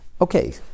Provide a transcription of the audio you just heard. Okay